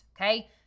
okay